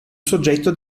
soggetto